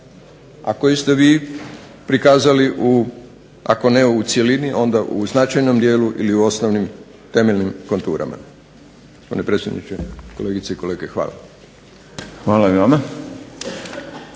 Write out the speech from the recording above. koju ste vi prikazali u, ako ne u cjelini onda u značajnom dijelu ili u osnovnim temeljnim konturama. Gospodine predsjedniče, kolegice i kolege hvala. **Šprem,